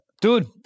dude